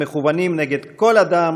המכוּונים נגד כל אדם